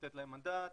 לתת להם מנדט